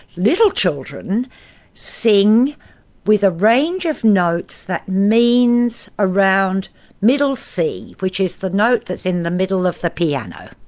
little children sing with a range of notes that means around middle c, which is the note that's in the middle of the piano.